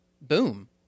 boom